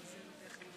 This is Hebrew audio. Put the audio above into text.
מצביע אבי דיכטר,